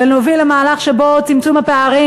ונוביל מהלך שבו צמצום הפערים